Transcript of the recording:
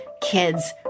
kids